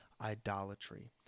idolatry